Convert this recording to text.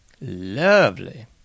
Lovely